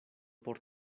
por